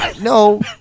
no